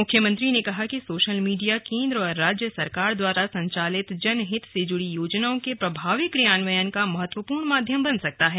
मुख्यमंत्री ने कहा कि सोशल मीडिया केन्द्र और राज्य सरकार द्वारा संचालित जनहित से जुड़ी योजनाओं के प्रभावी क्रियान्वयन का महत्वपूर्ण माध्यम बन सकता है